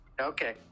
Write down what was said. Okay